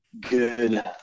good